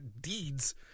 Deeds